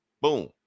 boom